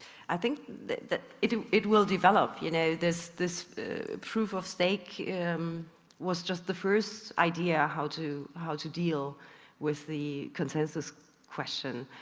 i think that it ah it will develop, you know, this this proof-of-stake um was just the first idea how to how to deal with the consensus question,